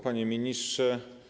Panie Ministrze!